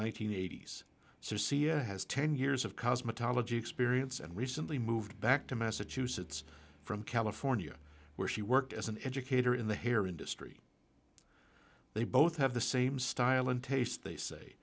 hundred eighty s sia has ten years of cosmetology experience and recently moved back to massachusetts from california where she worked as an educator in the hair industry they both have the same style and taste they say